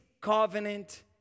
covenant